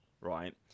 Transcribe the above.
right